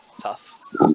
tough